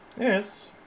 Yes